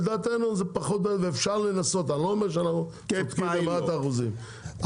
לדעתנו אפשר לנסות אני לא אומר שאנחנו צודקים במאת האחוזים,